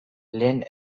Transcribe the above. lehen